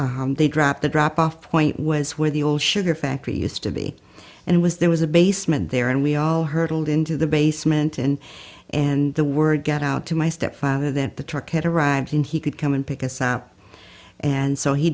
michigan they drop the drop off point was where the ole sugar factory used to be and was there was a basement there and we all hurdled into the basement and and the word got out to my stepfather that the truck had arrived and he could come and pick us up and so he